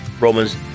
Romans